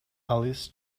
алыс